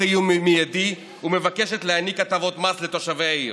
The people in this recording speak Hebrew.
איום מיידי ומבקשת להעניק הטבות מס לתושבי העיר,